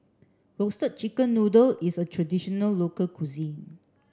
roasted chicken noodle is a traditional local cuisine